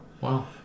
Wow